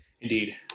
Indeed